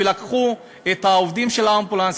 ולקחו את העובדים של האמבולנס,